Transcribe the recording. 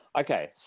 okay